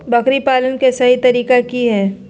बकरी पालन के सही तरीका की हय?